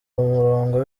murongo